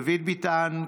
דוד ביטן,